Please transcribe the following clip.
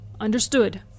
Understood